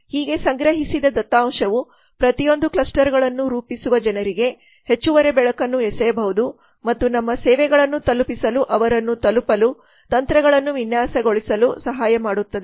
ಹೀಗೆ ಸಂಗ್ರಹಿಸಿದ ದತ್ತಾಂಶವು ಪ್ರತಿಯೊಂದು ಕ್ಲಸ್ಟರ್ ಗಳನ್ನು ರೂಪಿಸುವ ಜನರಿಗೆ ಹೆಚ್ಚುವರಿ ಬೆಳಕನ್ನು ಎಸೆಯಬಹುದು ಮತ್ತು ನಮ್ಮ ಸೇವೆಗಳನ್ನು ತಲುಪಿಸಲು ಅವರನ್ನು ತಲುಪಲು ತಂತ್ರಗಳನ್ನು ವಿನ್ಯಾಸಗೊಳಿಸಲು ಸಹಾಯ ಮಾಡುತ್ತದೆ